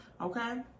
okay